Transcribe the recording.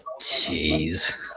Jeez